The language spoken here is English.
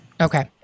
Okay